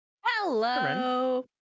Hello